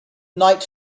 night